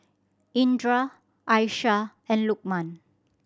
Indra Aisyah and Lokman